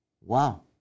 Wow